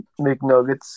McNuggets